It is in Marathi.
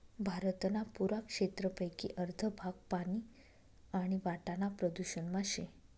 भारतना पुरा क्षेत्रपेकी अर्ध भाग पानी आणि वाटाना प्रदूषण मा शे